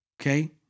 okay